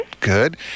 Good